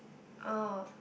oh